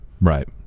right